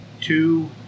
two